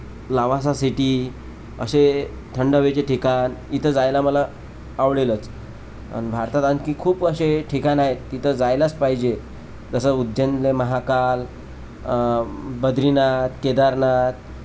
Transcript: Lavasa city असे थंड हवेचे ठिकाण इथे जायला मला आवडेलच आणि भारतात आणखी खूप असे ठिकाणं आहेत तिथं जायलाच पहिजे जसं उज्जैनला महाकाल बद्रीनाथ केदारनाथ